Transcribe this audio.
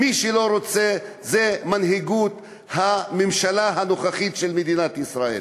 מי שלא רוצה זו מנהיגות הממשלה הנוכחית של מדינת ישראל.